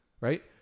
right